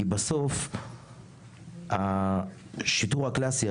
כי בסוף השיטור הקלאסי,